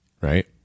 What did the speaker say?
right